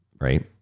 right